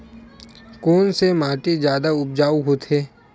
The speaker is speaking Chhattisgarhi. कोन से माटी जादा उपजाऊ होथे?